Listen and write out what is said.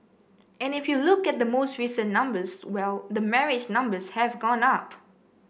and if you look at the most recent numbers well the marriage numbers have gone up